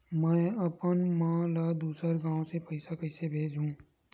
में अपन मा ला दुसर गांव से पईसा कइसे भेजहु?